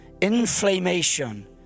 Inflammation